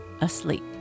asleep